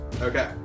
Okay